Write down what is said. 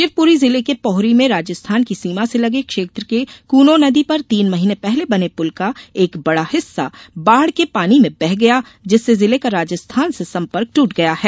शिवपुरी जिले के पोहरी में राजस्थान की सीमा से लगे क्षेत्र के कूनो नदी पर तीन महीने पहले बने पूर्ल का एक बड़ा हिस्सा बाढ के पानी में बह गया जिससे जिले का राजस्थान से संपर्क दूट गया है